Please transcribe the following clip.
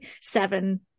seven